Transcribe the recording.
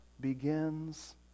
begins